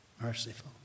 Merciful